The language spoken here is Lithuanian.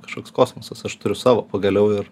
kažkoks kosmosas aš turiu savo pagaliau ir